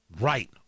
right